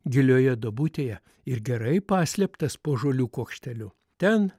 gilioje duobutėje ir gerai paslėptas po žolių kuokšteliu ten